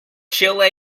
chile